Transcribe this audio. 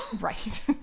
right